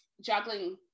juggling